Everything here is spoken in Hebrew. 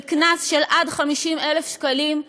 קנס של עד 50,000 שקלים,